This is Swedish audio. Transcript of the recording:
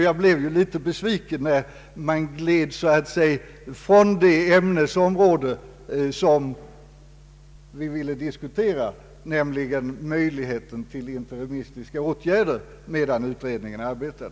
Jag är därför något besviken när han gled bort från det ämnesområde som jag ville diskutera, nämligen möjligheten till interimistiska åtgärder medan utredningen arbetar.